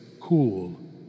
cool